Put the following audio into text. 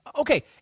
Okay